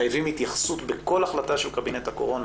מחייבים התייחסות בכל החלטה של קבינט הקורונה.